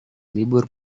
libur